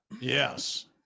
Yes